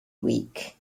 weak